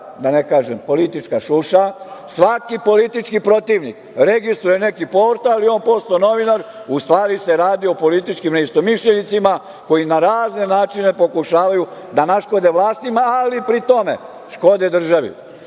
da ne kažem, politička šuša, svaki politički protivnik registruje neki portal i on je postao novinar, a u stvari se radi o političkim neistomišljenicima koji na razne načine pokušavaju da naškode vlastima, ali pri tome škode državi.